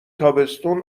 تابستون